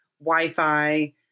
Wi-Fi